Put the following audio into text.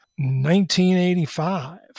1985